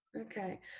okay